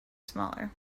smaller